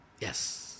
yes